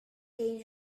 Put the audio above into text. kane